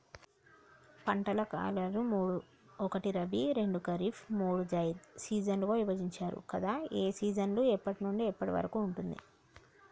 పంటల కాలాలు మూడు ఒకటి రబీ రెండు ఖరీఫ్ మూడు జైద్ సీజన్లుగా విభజించారు కదా ఏ సీజన్ ఎప్పటి నుండి ఎప్పటి వరకు ఉంటుంది?